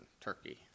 Turkey